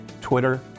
Twitter